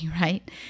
right